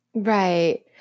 Right